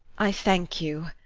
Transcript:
i thank you,